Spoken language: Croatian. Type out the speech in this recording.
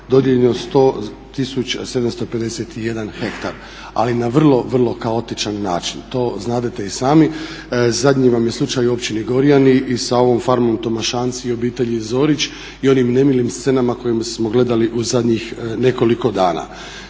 dodijeljeno 100 tisuća 751 hektar, ali na vrlo, vrlo kaotičan način. To znadete i sami. Zadnji vam je slučaj u općini Gorjani i sa ovom farmom Tomašanci i obitelji Zorić i onim nemilim scenama koje smo gledali u zadnjih nekoliko dana.